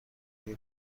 روی